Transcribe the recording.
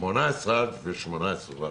18(א) ו-18(ו),